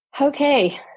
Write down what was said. Okay